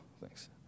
thanks